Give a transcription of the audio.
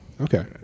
okay